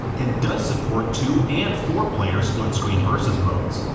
and does support two and four player split-screen versus modes.